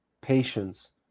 patience